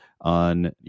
on